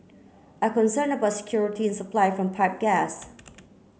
are concerned about security supply from pipe gas